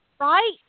Right